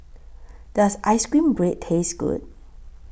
Does Ice Cream Bread Taste Good